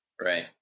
Right